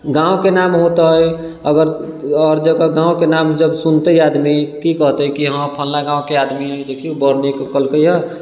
गाँवके नाम होतै अगर आओर जकर गाँवके नाम जब सुनतै आदमी कि कहतै कि हँ फलाँ गाँवके आदमी देखिऔ बड़ नीक केलकैए